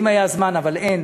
ואם היה זמן, אבל אין